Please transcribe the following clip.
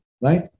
right